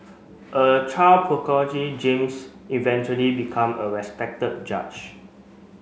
a child James eventually become a respected judge